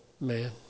man